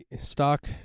stock